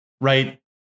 right